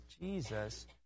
Jesus